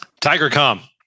Tigercom